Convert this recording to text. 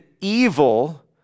evil